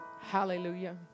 Hallelujah